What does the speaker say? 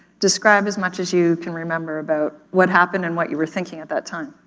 describe as much as you can remember about what happened and what you were thinking at that time.